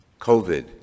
COVID